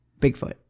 Bigfoot